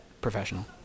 professional